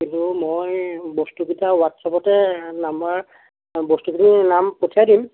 কিন্তু মই বস্তুকেইটা হোৱাটছআপতে নাম্বাৰ বস্তুখিনিৰ নাম পঠিয়াই দিম